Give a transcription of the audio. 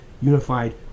unified